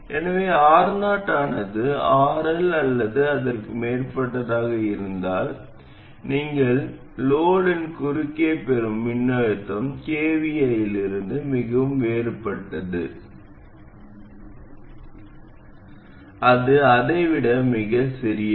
எனவே Ro ஆனது RL அல்லது அதற்கு மேற்பட்டதாக இருந்தால் நீங்கள் சுமையின் குறுக்கே பெறும் மின்னழுத்தம் kvi இலிருந்து மிகவும் வேறுபட்டது அது அதை விட மிகச் சிறியது